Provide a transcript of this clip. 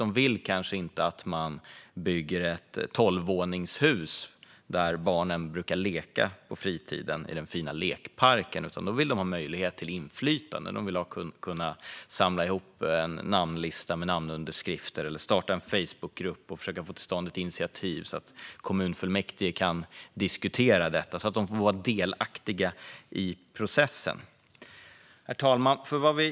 De vill kanske inte att man bygger ett tolvvåningshus i den fina lekparken där barnen brukar leka på fritiden, utan de vill ha möjlighet till inflytande. De vill kunna samla ihop en lista med namnunderskrifter eller starta en Facebookgrupp och försöka få till stånd ett initiativ så att kommunfullmäktige kan diskutera det och så att de får vara delaktiga i processen. Herr talman!